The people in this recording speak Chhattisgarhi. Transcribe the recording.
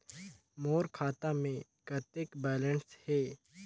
मोर खाता मे कतेक बैलेंस हे?